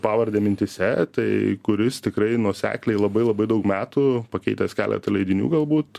pavardę mintyse tai kuris tikrai nuosekliai labai labai daug metų pakeitęs keletą leidinių galbūt